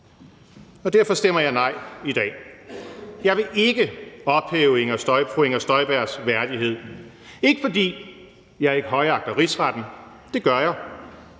og derfor stemmer jeg nej i dag. Jeg vil ikke fjerne fru Inger Støjbergs værdighed, ikke fordi jeg ikke højagter Rigsretten – det gør jeg